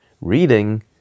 reading